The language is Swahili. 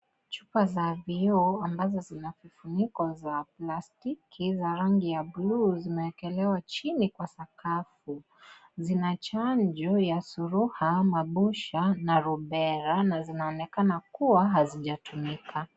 Chupa za vioo ambazo vifuniko za plastiki za rangi ya bluu, zimeekelewa chini kwa sakafu. Zina chanjo ya surua, mabusha na rubella na zinaonekana kuwa hazijatumika.